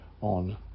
on